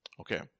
okay